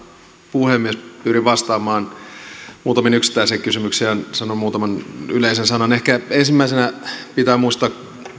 puhemies pyrin vastaamaan muutamaan yksittäiseen kysymykseen ja sanon muutaman yleisen sanan ehkä ensimmäisenä pitää muistaa